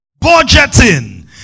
budgeting